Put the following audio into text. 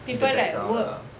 see their background lah